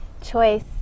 choice